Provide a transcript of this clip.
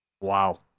Wow